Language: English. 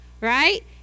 right